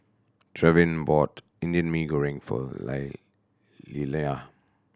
Trevin bought Indian Mee Goreng for lie Lillia